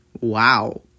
Wow